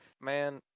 Man